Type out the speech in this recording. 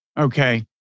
Okay